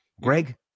Greg